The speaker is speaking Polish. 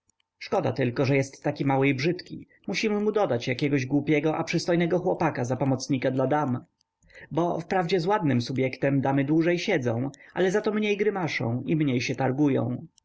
szkoda tylko że jest taki mały i brzydki musimy mu dodać jakiego głupiego a przystojnego chłopaka za pomocnika dla dam bo wprawdzie z ładnym subjektem damy dłużej siedzą ale zato mniej grymaszą i mniej się targują